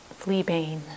fleabane